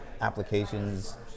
applications